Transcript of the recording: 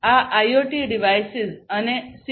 આ IoT devices અને C